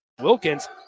Wilkins